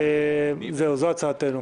זו הצעתנו.